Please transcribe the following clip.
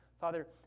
Father